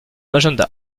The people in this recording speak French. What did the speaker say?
agenda